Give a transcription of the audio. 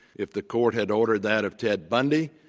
if the court had ordered that of ted bundy,